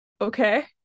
okay